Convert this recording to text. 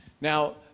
Now